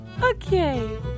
Okay